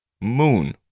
Moon